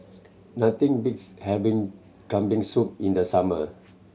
nothing beats having Kambing Soup in the summer